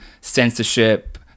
censorship